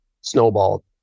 snowballed